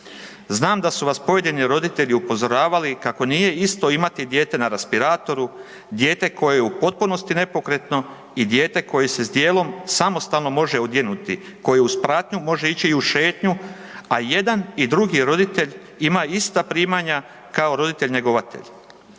Znam da su vas pojedini roditelji upozoravali kako nije isto imati dijete na respiratoru, dijete koje je u potpunosti nepokretno i dijete koje se djelom samostalno može odjenuti, koje uz pratnju može ići i u šetnju a i jedan i drugi roditelj ima ista primanja kao roditelj njegovatelj.